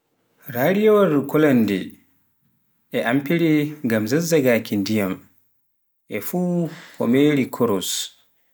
rariyawal kolande e amfire ngam zazzagaki ndiyam e fuu ko meeri koros.